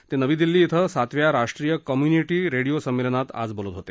ते नवी दिल्ली इथं सातव्या राष्ट्रीय कम्युनिटी रेडिओ संमेलनात बोलत होते